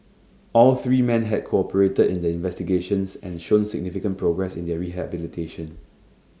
all three man had cooperated in the investigations and shown significant progress in their rehabilitation